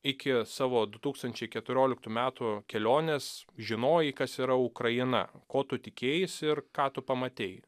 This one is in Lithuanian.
iki savo du tūkstančiai keturioliktų metų kelionės žinojai kas yra ukraina ko tu tikėjaisi ir ką tu pamatei